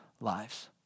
lives